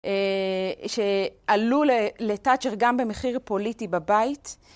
שעלו לתאצ'ר גם במחיר פוליטי בבית.